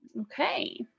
Okay